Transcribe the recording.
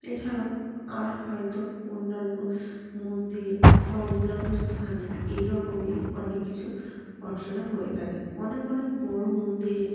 এছাড়াও আর হয়তো অন্যান্য মন্দিরে বা অন্যান্য স্থানে এই রকমই অনেক কিছু অর্চনা হয়ে থাকে অনেক অনেক বড়ো মন্দিরে